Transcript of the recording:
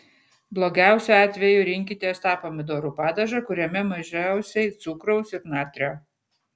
blogiausiu atveju rinkitės tą pomidorų padažą kuriame mažiausiai cukraus ir natrio